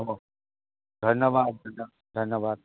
হ'ব ধন্যবাদ ধন্যবাদ